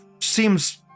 seems